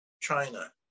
China